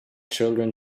children